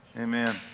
Amen